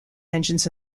engines